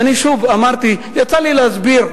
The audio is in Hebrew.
ושוב אמרתי, יצא לי להסביר,